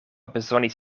bezonis